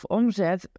omzet